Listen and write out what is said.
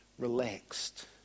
relaxed